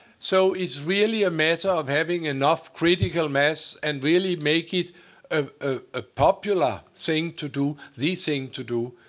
so it's really a matter of having enough critical mass, and really make it a ah ah popular thing to do, the thing to do.